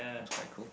it's quite cool